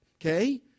Okay